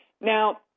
Now